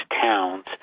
towns